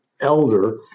elder